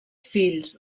fills